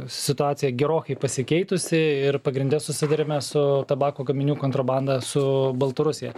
situacija gerokai pasikeitusi ir pagrinde susiduriame su tabako gaminių kontrabanda su baltarusija